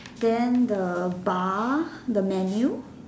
then the bar the menu